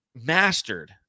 mastered